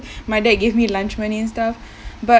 my dad gave me lunch money and stuff but